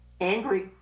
angry